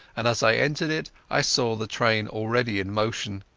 and as i entered it i saw the train already in motion.